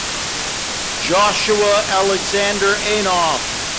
joshua alexander anoff.